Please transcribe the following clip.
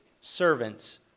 servants